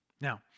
Now